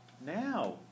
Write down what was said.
now